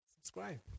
subscribe